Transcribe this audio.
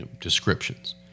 descriptions